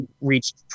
reached